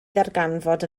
ddarganfod